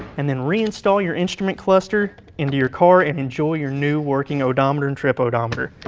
and then reinstall your instrument cluster into your car and enjoy your new working odometer and trip odometer.